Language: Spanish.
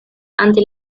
ante